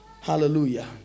Hallelujah